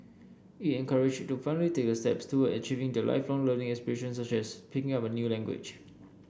it encouraged to finally take a steps toward achieving their Lifelong Learning aspirations such as picking up a new language